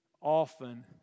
often